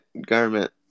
Garment